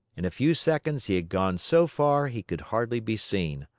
in a few seconds he had gone so far he could hardly be seen.